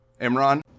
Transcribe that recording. Imran